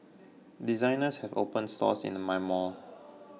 designers have opened stores into my mall